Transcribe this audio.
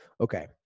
Okay